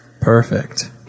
Perfect